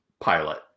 pilot